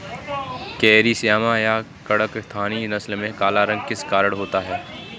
Carry श्यामा या कड़कनाथी नस्ल में काला रंग किस कारण होता है?